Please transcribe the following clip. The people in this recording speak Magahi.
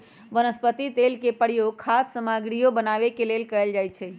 वनस्पति तेल के प्रयोग खाद्य सामगरियो बनावे के लेल कैल जाई छई